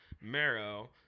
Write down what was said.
Marrow